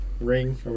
ring